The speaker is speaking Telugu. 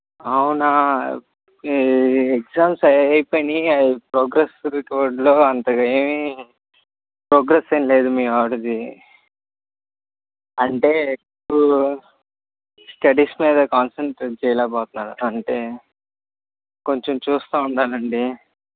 అవునా ఎగ్జామ్స్ అయిపోయినాయి ప్రోగ్రెస్ రిపోర్ట్లో అంతగా ఏమీ ప్రోగ్రెస్ ఏమి లేదు మీ వాడిది అంటే ఇప్పుడు స్టడీస్ మీద కాన్సెంట్రేట్ చేయలేక పోతున్నాడు అంటే కొంచెం చూస్తు ఉండాలండి